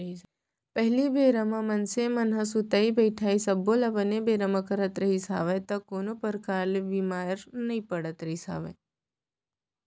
पहिली बेरा म मनसे मन ह सुतई बइठई सब्बो ल बने बेरा म करत रिहिस हवय त कोनो परकार ले बीमार नइ पड़त रिहिस हवय